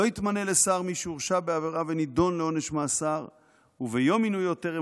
לא יתמנה לשר מי שהורשע בעבירה ונידון לעונש מאסר וביום מינויו טרם